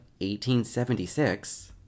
1876